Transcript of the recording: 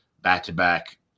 back-to-back